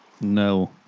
No